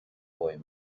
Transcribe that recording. boy